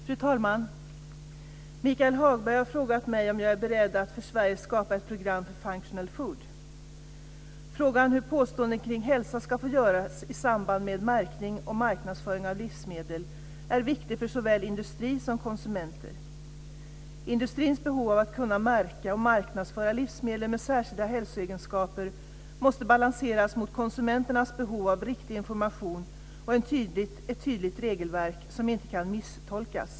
Fru talman! Michael Hagberg har frågat mig om jag är beredd att för Sverige skapa ett program för functional food. Frågan hur påståenden kring hälsa ska få göras i samband med märkning och marknadsföring av livsmedel är viktig för såväl industri som konsumenter. Industrins behov av att kunna märka och marknadsföra livsmedel med särskilda hälsoegenskaper måste balanseras mot konsumenternas behov av riktig information och ett tydligt regelverk som inte kan misstolkas.